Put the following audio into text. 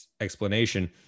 explanation